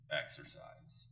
exercise